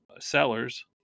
sellers